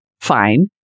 fine